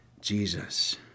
Jesus